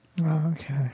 Okay